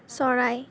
চৰাই